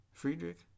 Friedrich